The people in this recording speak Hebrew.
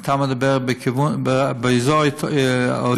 אתה מדבר באזור עוטף-עזה.